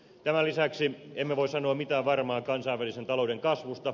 tämän lisäksi emme voi sanoa mitään varmaa kansainvälisen talouden kasvusta